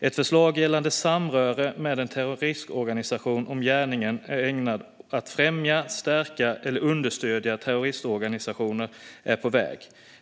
Ett förslag är på väg gällande samröre med en terroristorganisation där gärningen är ägnad att främja, stärka eller understödja terroristorganisationen.